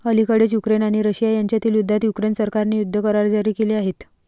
अलिकडेच युक्रेन आणि रशिया यांच्यातील युद्धात युक्रेन सरकारने युद्ध करार जारी केले आहेत